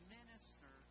minister